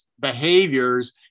behaviors